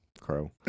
Crow